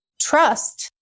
trust